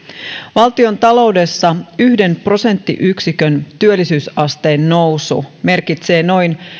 valtiontaloudessa yhden prosenttiyksikön työllisyysasteen nousu merkitsee noin